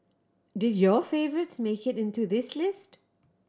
did your favourites make it into this list